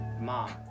mom